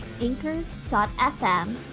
anchor.fm